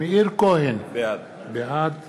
מאיר כהן, בעד